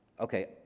Okay